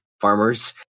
farmers